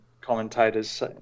commentators